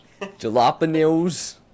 Jalapenos